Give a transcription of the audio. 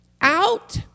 Out